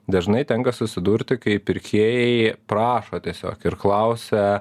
dažnai tenka susidurti kai pirkėjai prašo tiesiog ir klausia